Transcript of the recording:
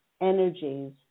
energies